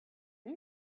are